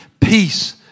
peace